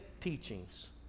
teachings